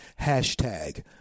Hashtag